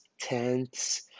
tents